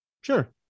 Sure